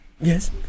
Yes